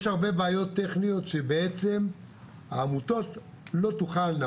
יש הרבה בעיות טכניות שהעמותות לא תוכלנה להתמודד אתן,